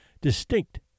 Distinct